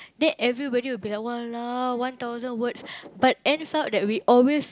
then everybody will be like !walao! one thousands words but ends up that we always